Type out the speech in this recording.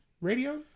Radio